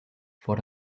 for